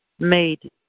made